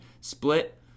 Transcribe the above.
split